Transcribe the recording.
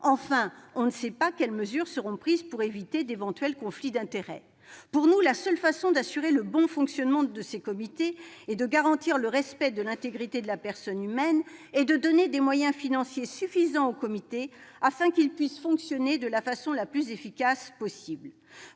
Enfin, on ne sait pas quelles mesures seront prises pour éviter d'éventuels conflits d'intérêts. Pour nous, la seule façon d'assurer le bon fonctionnement des comités et de garantir le respect de l'intégrité de la personne humaine est de donner des moyens financiers suffisants à ces comités, afin qu'ils puissent fonctionner de la façon la plus efficace possible.